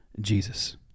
Jesus